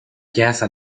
chiesa